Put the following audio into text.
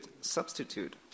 substitute